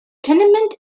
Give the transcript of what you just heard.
tenement